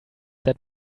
that